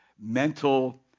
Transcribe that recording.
mental